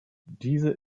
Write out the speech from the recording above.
diese